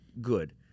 good